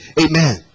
Amen